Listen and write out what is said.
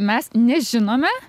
mes nežinome